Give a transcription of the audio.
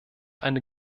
eine